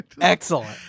Excellent